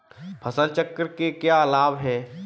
फसल चक्र के क्या लाभ हैं?